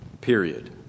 period